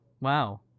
wow